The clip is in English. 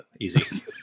Easy